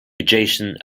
adjacent